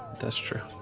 that's true.